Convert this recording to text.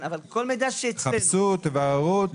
תחפשו, תבררו.